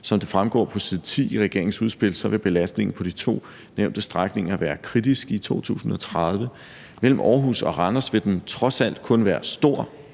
Som det fremgår på side 10 i regeringens udspil, vil belastningen på de to nævnte strækninger være kritisk i 2030. Mellem Aarhus og Randers vil den trods alt kun været stor